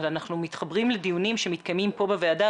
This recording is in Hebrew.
אבל אנחנו מתחברים לדיונים שמתקיימים פה בוועדה,